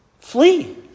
flee